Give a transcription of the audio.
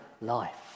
life